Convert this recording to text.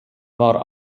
war